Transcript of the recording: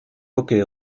buckel